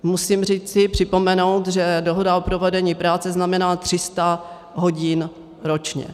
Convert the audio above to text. Musím říci, připomenout, že dohoda o provedení práce znamená 300 hodin ročně.